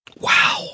Wow